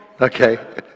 okay